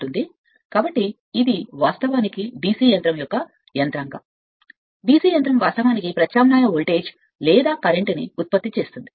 కాబట్టి ఇది వాస్తవానికి DC యంత్రం DC యంత్రం యొక్క యంత్రాంగం వాస్తవానికి ప్రత్యామ్నాయ వోల్టేజ్ లేదా కరెంట్ను ఉత్పత్తి చేస్తుంది